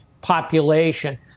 population